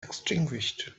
extinguished